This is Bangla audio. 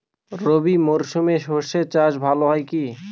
রবি মরশুমে সর্ষে চাস ভালো হয় কি?